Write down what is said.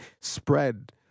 spread